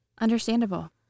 Understandable